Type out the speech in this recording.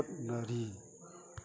ꯍꯣꯠꯅꯔꯤ